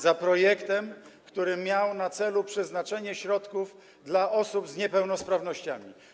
za projektem, który miał na celu przeznaczenie środków dla osób z niepełnosprawnościami.